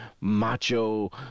macho